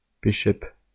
bishop